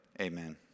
Amen